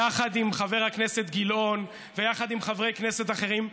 יחד עם חבר הכנסת גילאון ויחד עם חברי כנסת אחרים.